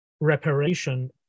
reparation